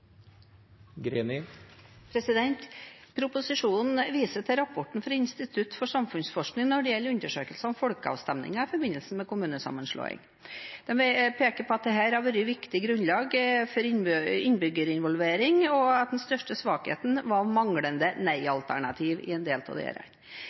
rammen. Proposisjonen viser til rapporten fra Institutt for samfunnsforskning når det gjelder undersøkelsen om folkeavstemninger i forbindelse med kommunesammenslåing. De peker på at dette har vært et viktig grunnlag for innbyggerinvolvering, og at den største svakheten var